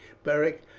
beric.